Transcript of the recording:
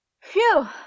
Phew